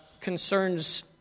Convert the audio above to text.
concerns